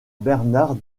bernard